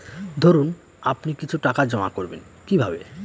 ধরুন আপনি কিছু টাকা জমা করবেন কিভাবে?